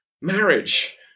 marriage